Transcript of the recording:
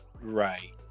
right